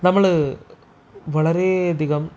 നമ്മള് വളരേയധികം